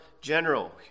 general